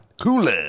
cooler